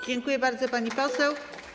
Dziękuję bardzo, pani poseł.